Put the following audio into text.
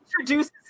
introduces